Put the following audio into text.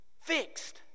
fixed